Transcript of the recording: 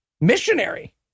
Missionary